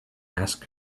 asked